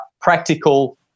practical